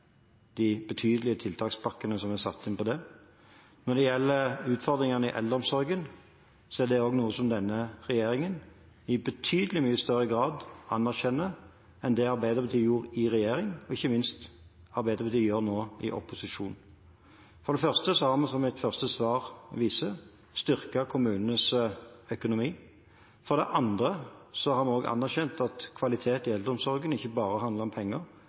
de betydelige tiltakspakkene som er satt inn for det. Når det gjelder utfordringene i eldreomsorgen, er det noe som denne regjeringen i mye større grad anerkjenner, enn det Arbeiderpartiet gjorde i regjering, og ikke minst det Arbeiderpartiet gjør nå, i opposisjon. For det første har vi – som mitt første svar viser – styrket kommunenes økonomi. For det andre har en også anerkjent at kvalitet i eldreomsorgen ikke bare handler om penger;